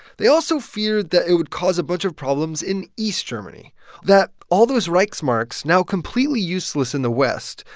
they also feared that it would cause a bunch of problems in east germany that all those reichsmarks, now completely useless in the west,